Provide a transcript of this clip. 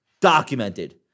documented